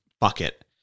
bucket